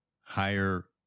higher